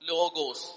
Logos